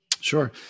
Sure